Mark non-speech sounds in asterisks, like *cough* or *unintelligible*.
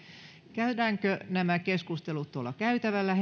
käydäänkö nämä henkilökohtaiset keskustelut tuolla käytävällä *unintelligible*